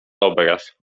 obraz